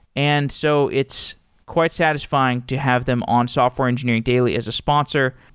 and so it's quite satisfying to have them on software engineering daily as a sponsor.